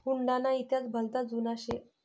हुडी ना इतिहास भलता जुना शे